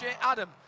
Adam